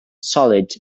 solid